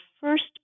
first